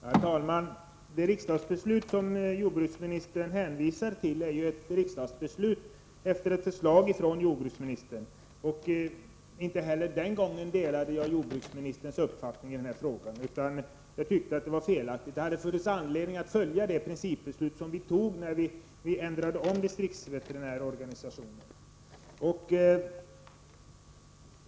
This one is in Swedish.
Herr talman! Det riksdagsbeslut som jordbruksministern hänvisar till fattades efter ett förslag från jordbruksministern. Inte heller den gången delade jag jordbruksministerns uppfattning i den här frågan utan tyckte att den var felaktig. Det hade funnits anledning att följa det principbeslut som riksdagen fattade när den ändrade distriktsveterinärorganisationen.